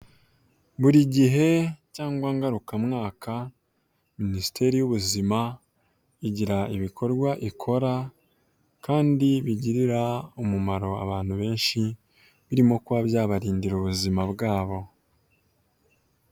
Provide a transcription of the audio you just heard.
Buri gihe cyangwa ngarukamwaka Minisiteri y'ubuzima igira ibikorwa ikora kandi bigirira umumaro abantu benshi, birimo kuba byabarindira ubuzima bwabo.